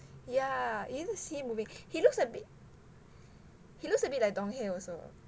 yeah you need to see the movie he looks a bit he looks a bit like also